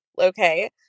Okay